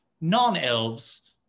non-elves